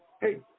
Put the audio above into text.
Hey